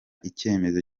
icyemezo